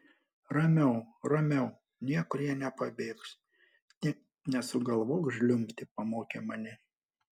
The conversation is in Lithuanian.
ramiau ramiau niekur jie nepabėgs tik nesugalvok žliumbti pamokė mane